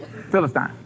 Philistine